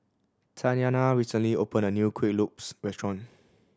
Tatyanna recently opened a new Kueh Lopes restaurant